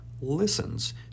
listens